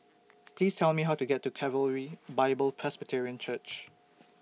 Please Tell Me How to get to Calvary Bible Presbyterian Church